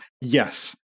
Yes